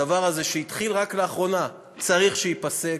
הדבר הזה, שהתחיל רק לאחרונה, צריך להיפסק.